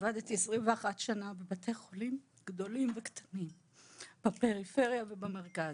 עבדתי עשרים ואחת שנה בבתי חולים גדולים וקטנים בפריפריה ובמרכז.